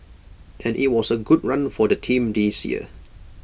and IT was A good run for the team this year